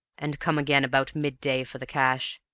and come again about mid-day for the cash.